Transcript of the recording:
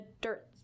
dirt